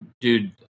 Dude